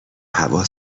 هوا